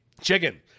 Chicken